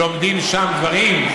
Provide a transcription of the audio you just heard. לומדים שם דברים.